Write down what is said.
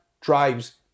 drives